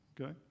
Okay